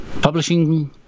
publishing